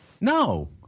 No